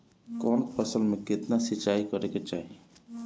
कवन फसल में केतना सिंचाई करेके चाही?